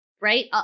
right